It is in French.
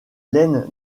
laine